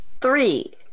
Three